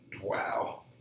wow